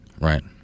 Right